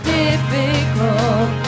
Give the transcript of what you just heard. difficult